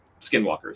Skinwalkers